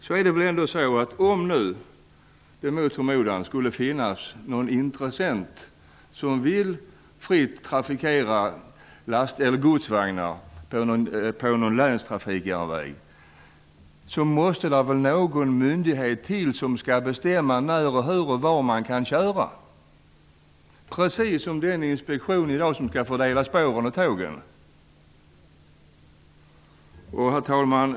Om det nu mot förmodan skulle finnas någon intressent som vill fritt trafikera någon länstrafikjärnväg med godsvagnar måste det väl ändå till någon myndighet som bestämmer när, hur och var man kan köra, precis som den inspektion som skall fördela spåren och tågen? Herr talman!